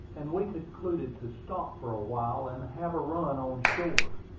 and we concluded to stop for a while and have a run on shore,